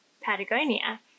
Patagonia